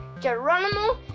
Geronimo